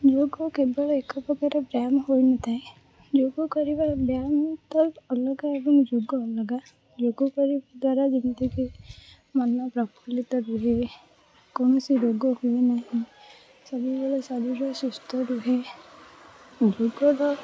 ଯୋଗ କେବଳ ଏକ ପ୍ରକାର ବ୍ୟାୟାମ ହୋଇନଥାଏ ଯୋଗ କରିବା ବ୍ୟାୟାମ ତ ଅଲଗା ଏବଂ ଯୋଗ ଅଲଗା ଯୋଗ କରିବା ଦ୍ୱାରା ଯେମିତିକି ମନ ପ୍ରଫୁଲ୍ଲିତ ରୁହେ କୌଣସି ରୋଗ ହୁଏ ନାହିଁ ସବୁବେଳେ ଶରୀର ସୁସ୍ଥ ରୁହେ ଯୋଗର